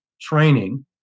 training